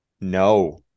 No